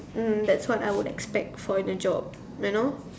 mm that's what I would expect for the job you know